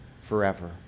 forever